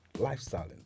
lifestyle